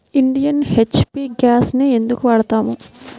Indian, HP గ్యాస్లనే ఎందుకు వాడతాము?